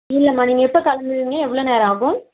இல்லைமா நீங்கள் எப்போ கிளம்புவீங்க எவ்வளோ நேரம் ஆகும்